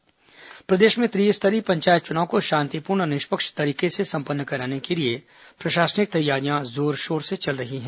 पंचायत चुनाव तैयारी प्रदेश में त्रिस्तरीय पंचायत चुनाव को शांतिपूर्ण और निष्पक्ष तरीके से संपन्न कराने के लिए प्रशासनिक तैयारियां जोर शोर से चल रही हैं